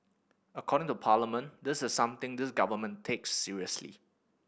accounting to Parliament this is something this Government takes seriously